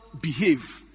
behave